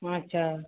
ᱟᱪᱪᱷᱟ